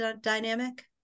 dynamic